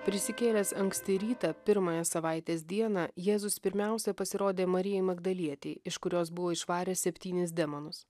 prisikėlęs anksti rytą pirmąją savaitės dieną jėzus pirmiausia pasirodė marijai magdalietei iš kurios buvo išvaręs septynis demonus